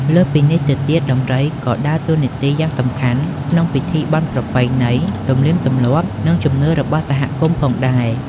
លើសពីនេះទៅទៀត ដំរីក៏ដើរតួនាទីយ៉ាងសំខាន់ក្នុងពិធីបុណ្យប្រពៃណី ទំនៀមទម្លាប់ និងជំនឿរបស់សហគមន៍ផងដែរ។